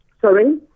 Sorry